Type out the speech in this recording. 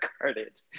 carded